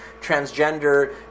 transgender